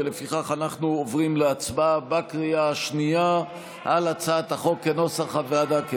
ולפיכך אנחנו עוברים להצבעה בקריאה השנייה על הצעת החוק כנוסח הוועדה.